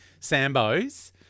Sambos